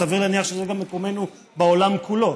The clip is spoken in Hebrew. וסביר להניח שזה גם מקומנו בעולם כולו,